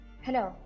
Hello